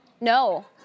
No